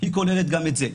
כוללת גם את זה.